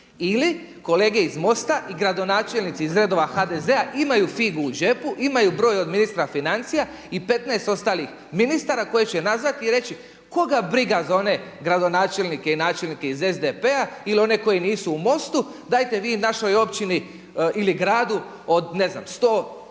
ili kolege iz MOST-a i gradonačelnici iz redova HDZ-a imaju figu u džepu, imaju broj od ministra financija i 15 ostalih ministara koji će nazvati i reći koga briga za one gradonačelnike i načelnike iz SDP-a ili one koji nisu u MOST-u dajete vi našoj općini ili gradu od ne znam 100, 500